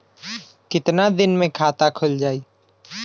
कितना दिन मे खाता खुल जाई?